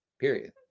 period